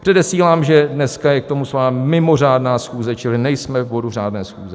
Předesílám, že dneska je k tomu svolána mimořádná schůze, čili nejsme v bodu řádné schůze.